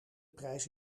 prijs